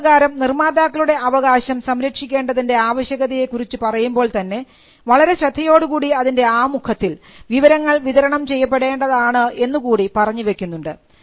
അതുപ്രകാരം നിർമാതാക്കളുടെ അവകാശം സംരക്ഷിക്കേണ്ടതിൻറെ ആവശ്യകതയെ കുറിച്ച് പറയുമ്പോൾ തന്നെ വളരെ ശ്രദ്ധയോടുകൂടി അതിൻറെ ആമുഖത്തിൽ വിവരങ്ങൾ വിതരണം ചെയ്യപ്പെടേണ്ടതാണ് എന്നുകൂടി പറഞ്ഞു വയ്ക്കുന്നുണ്ട്